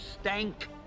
stank